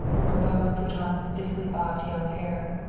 or bows put on stiffly bobbed yellow hair.